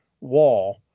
wall